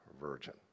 virgin